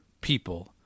people